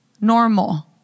normal